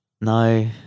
no